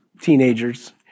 teenagers